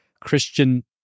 Christian